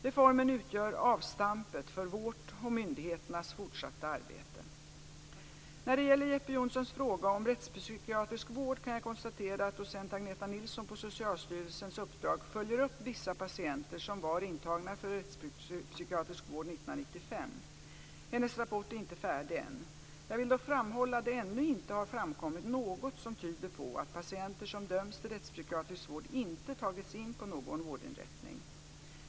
Reformen utgör avstampet för vårt och myndigheternas fortsatta arbete. När det gäller Jeppe Johnssons fråga om rättspsykiatrisk vård kan jag konstatera att docent Agneta Nilsson på Socialstyrelsens uppdrag följer upp vissa patienter som var intagna för rättspsykiatrisk vård 1995. Hennes rapport är inte färdig än. Jag vill dock framhålla att det ännu inte har framkommit något som tyder på att patienter som dömts till rättspsykiatrisk vård inte tagits in på någon vårdinrättning.